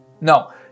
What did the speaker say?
no